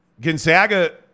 Gonzaga